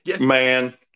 man